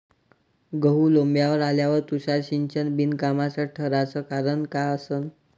गहू लोम्बावर आल्यावर तुषार सिंचन बिनकामाचं ठराचं कारन का असन?